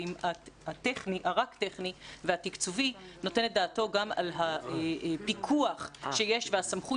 ואם הרק טכני והתקצובי נותן את דעתו גם על הפיקוח שיש והסמכות